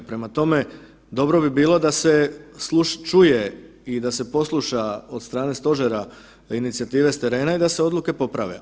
Prema tome, dobro bi bilo da se sluša, čuje i da se posluša od strane stožera inicijative s terena i da se odluke poprave.